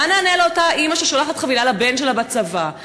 מה נענה לאותה אימא ששולחת חבילה לבן שלה בצבא?